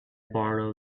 borrow